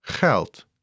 geld